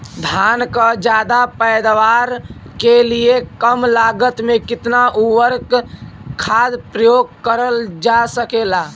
धान क ज्यादा पैदावार के लिए कम लागत में कितना उर्वरक खाद प्रयोग करल जा सकेला?